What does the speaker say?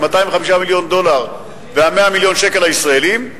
205 מיליון דולר ו-100 מיליון שקל ישראליים,